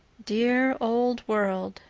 dear old world,